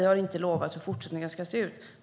Vi har inte lovat hur fortsättningen ska se ut.